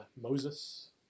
Moses